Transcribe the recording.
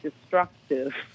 destructive